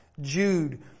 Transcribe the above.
Jude